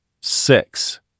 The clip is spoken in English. Six